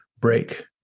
break